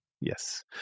Yes